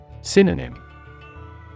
Synonym